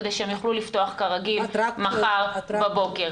כדי שהם יוכלו לפתוח כרגיל מחר בבוקר.